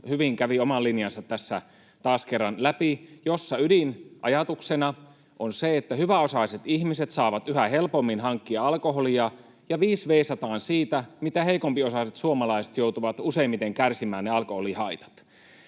hyvin kävi oman linjansa tässä taas kerran läpi — ydinajatuksena on se, että hyväosaiset ihmiset saavat yhä helpommin hankittua alkoholia, ja viis veisataan siitä, miten heikompiosaiset suomalaiset joutuvat useimmiten kärsimään ne alkoholihaitat.